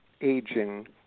aging